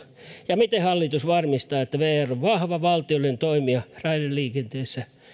ja miten hallitus varmistaa että vr on vahva valtiollinen toimija raideliikenteessä